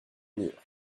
mûres